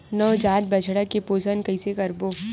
नवजात बछड़ा के पोषण कइसे करबो?